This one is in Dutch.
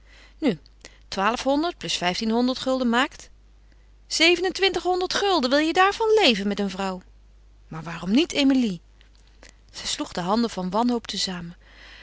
nu twaalfhonderd plus vijftienhonderd gulden maakt zevenentwintighonderd gulden wil je daarvan leven met een vrouw maar waarom niet emilie zij sloeg de handen van wanhoop